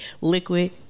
liquid